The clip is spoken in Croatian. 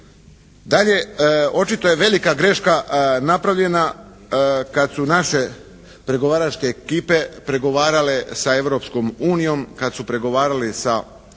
Dalje, očito je velika greška napravljena kada su naše pregovaračke ekipe pregovarale sa Europskom unijom, kada su pregovarali sa